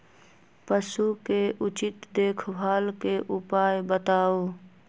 पशु के उचित देखभाल के उपाय बताऊ?